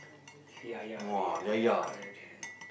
ya ya really lah ya correct